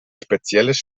spezielles